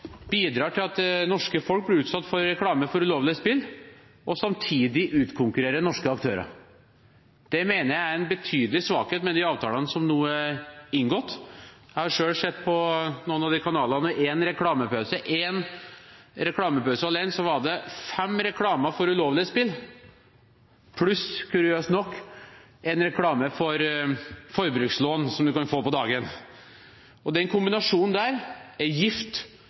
bidrar til at det norske folk blir utsatt for reklame for ulovlige spill og samtidig utkonkurrerer norske aktører. Det mener jeg er en betydelig svakhet med de avtalene som nå er inngått. Jeg har selv sett på noen av de kanalene. I en reklamepause alene var det fem reklamer for ulovlige spill pluss – kuriøst nok – en reklame for forbrukslån som man kunne få på dagen. Den kombinasjonen er gift for de spilleavhengige, og det er gift